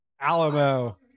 Alamo